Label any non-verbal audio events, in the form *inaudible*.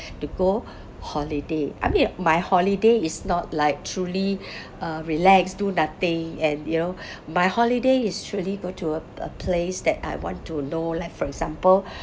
*breath* to go holiday I mean my holiday is not like truly *breath* uh relax do nothing and you know *breath* my holiday is surely going to a a place that I want to know like for example *breath*